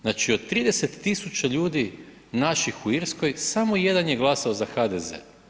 Znači od 30.000 ljudi naših u Irskoj samo jedan je glasao za HDZ.